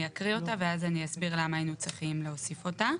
אני אקריא אותה ואז אני אסביר למה היינו צריכים להוסיף אותה.